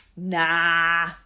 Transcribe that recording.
nah